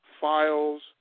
files